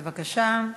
בבקשה.